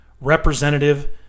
representative